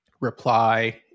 reply